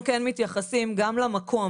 אנחנו כן מתייחסים גם למקום.